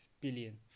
billion